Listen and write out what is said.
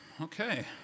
okay